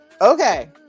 Okay